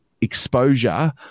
exposure